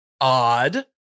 Odd